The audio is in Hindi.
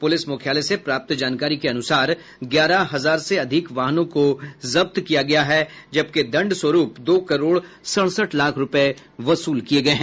पुलिस मुख्यालया से प्राप्त जानकारी को अनुसार ग्यारह हजार से अधिक वाहनों को जब्त किया गया है जबकि दंड स्वरूप दो करोड़ सड़सठ लाख रूपये वसूले गये हैं